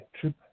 trip